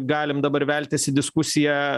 galim dabar veltis į diskusiją